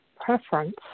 preference